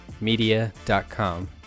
Media.com